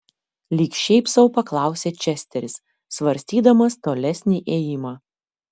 lyg šiaip sau paklausė česteris svarstydamas tolesnį ėjimą